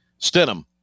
Stenham